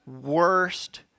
Worst